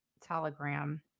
Telegram